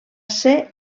ser